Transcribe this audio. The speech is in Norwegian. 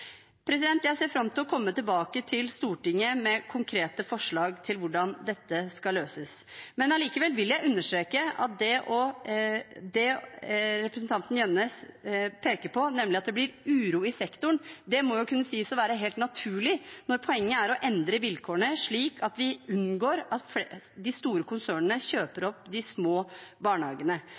Jeg ser fram til å komme tilbake til Stortinget med konkrete forslag til hvordan dette skal løses. Men allikevel vil jeg understreke at det representanten Jønnes peker på, nemlig at det blir uro i sektoren, må kunne sies å være helt naturlig når poenget er å endre vilkårene slik at vi unngår at de store konsernene kjøper opp de små barnehagene.